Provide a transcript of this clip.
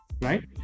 right